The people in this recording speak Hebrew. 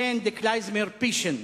גיין די כלייזמר פישן.